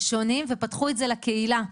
שונים ופתחו את זה לקהילה.